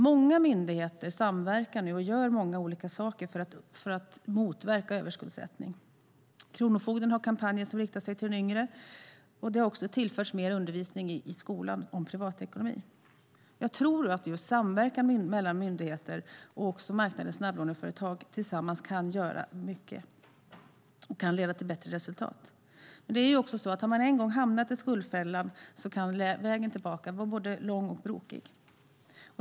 Många myndigheter samverkar nu och gör många olika saker för att motverka överskuldsättning. Kronofogden har kampanjer som riktar sig mot de yngre, och det har tillförts mer undervisning i skolan om privatekonomi. Jag tror att just samverkan mellan myndigheter och marknadens snabblåneföretag kan göra mycket som leder till bättre resultat. Det är ju också så att har man en gång hamnat i skuldfällan kan vägen tillbaka vara både lång och brokig.